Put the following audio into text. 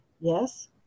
Yes